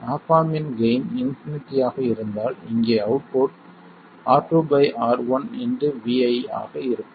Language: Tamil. ஆப் ஆம்ப் இன் கெய்ன் இன்பினிட்டி ஆக இருந்தால் இங்கே அவுட்புட் R2 R1 Vi ஆக இருக்கும்